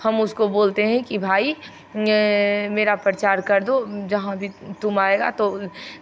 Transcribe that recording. हम उसको बोलते हैं कि भाई मेरा प्रचार कर दो जहाँ भी तुम आएगा तो